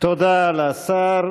תודה לשר.